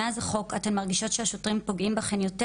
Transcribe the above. מאז החוק אתן מרגישות שהשוטרים פוגעים בכן יותר?